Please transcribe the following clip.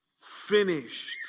finished